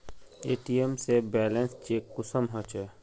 ATM से balance check कुंसम होचे?